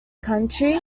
county